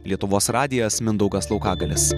lietuvos radijas mindaugas laukagalis